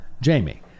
Jamie